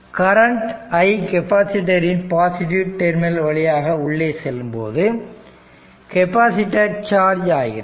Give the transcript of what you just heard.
current i capacitor இன் positive terminal வழியாக உள்ளே செல்லும் போது கெப்பாசிட்டர் சார்ஜ் ஆகிறது